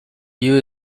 you